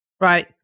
Right